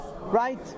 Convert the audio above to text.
right